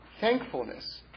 Thankfulness